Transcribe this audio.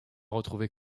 retrouver